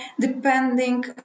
depending